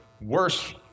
worse